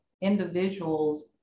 individuals